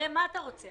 הרי מה אתה רוצה?